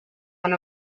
one